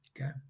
Okay